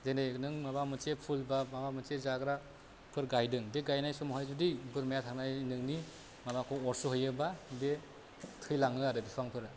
जेने नों माबा मोनसे फुल बा माबा मोनसे जाग्राफोर गायदों बे गायनाय समावहाय जुदि बोरमाया थांनानै नोंनि माबाखौ अरस'हैयोबा बे थैलाङो आरो बिफांफोरा